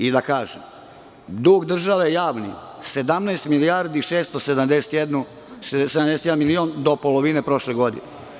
I, da kažem, dug države javni, 17 milijardi 671 milion do polovine prošle godine.